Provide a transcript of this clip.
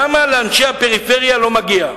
למה לאנשי הפריפריה לא מגיע?